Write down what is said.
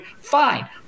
fine